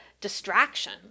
distraction